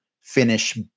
finish